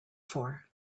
for